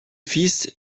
fils